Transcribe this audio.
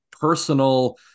personal